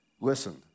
Listen